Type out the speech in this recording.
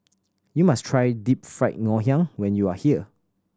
you must try Deep Fried Ngoh Hiang when you are here